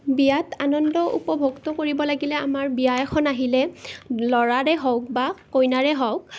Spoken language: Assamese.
বিয়াত আনন্দ উপভোগটো কৰিব লাগিলে আমাৰ বিয়া এখন আহিলে ল'ৰাৰে হওক বা কইনাৰে হওক